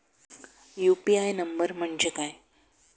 UPI number म्हणजे काय?